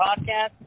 Podcast